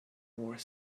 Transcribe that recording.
more